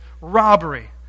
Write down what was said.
robbery